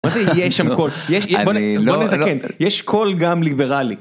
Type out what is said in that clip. מה זה "יש שם קול"?! אני... לא... לא... בוא נתקן, יש קול, גם ליברלי